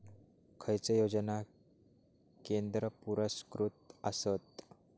खैचे योजना केंद्र पुरस्कृत आसत?